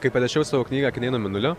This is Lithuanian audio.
kai parašiau savo knygą akiniai nuo mėnulio